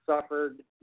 suffered